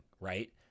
right